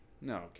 No